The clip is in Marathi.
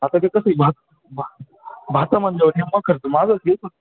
आता ते कसं आहे भा भा भाचा म्हटल्यारती मग करतो माझाच आहे